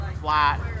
flat